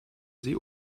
sie